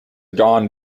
gone